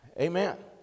amen